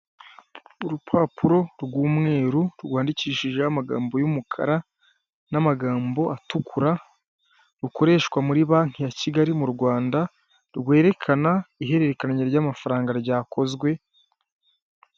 Urupapuro rw'umweru rwandikishijeho amagambo y'umukara n'amagambo atukura rukoreshwa muri banki ya Kigali mu Rwanda rwerekana ihererekanya ry'amafaranga ryakozwe.